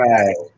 Right